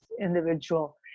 individual